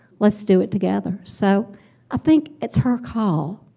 let's do it together. so i think it's her call,